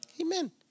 Amen